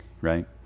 right